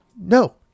no